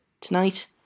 tonight